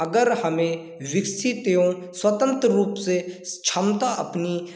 अगर हमे विकसित एवं स्वतंत्र रूप से क्षमता अपनी